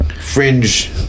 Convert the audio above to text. fringe